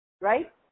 Right